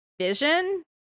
vision